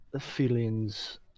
feelings